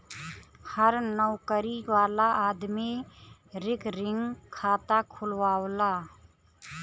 हर नउकरी वाला आदमी रिकरींग खाता खुलवावला